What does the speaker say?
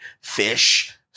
fish